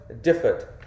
differed